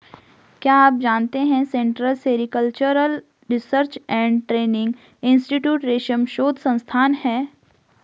क्या आप जानते है central sericultural research and training institute रेशम शोध संस्थान है?